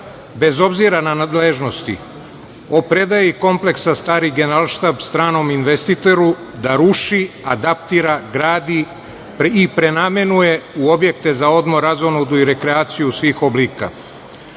bez obzira na nadležnosti, o predaji kompleksa „Stari Generalštab“ stranom investitoru da ruši, adaptira, gradi i prenamenuje u objekte za odmor, razonodu i rekreaciju svih oblika?